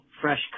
fresh